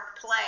play